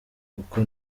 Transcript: kuko